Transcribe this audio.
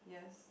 yes